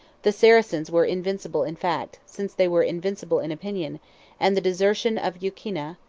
the saracens were invincible in fact, since they were invincible in opinion and the desertion of youkinna,